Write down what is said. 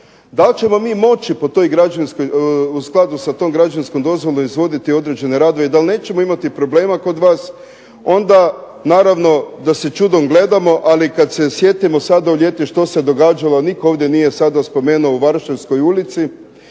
po toj građevinskoj, u skladu sa tom građevinskom dozvolom izvoditi određene radove, da li nećemo imati problema kod vas, onda naravno da se čudom gledamo, ali kad se sjetimo sada u ljeti što se događalo nitko ovdje nije sada spomenuo u Varšavskoj ulici